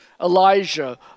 Elijah